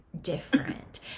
different